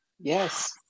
Yes